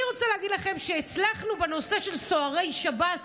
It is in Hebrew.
אני רוצה להגיד לכם שהצלחנו בנושא של סוהרי שב"ס,